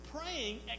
praying